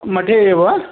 मध्ये एव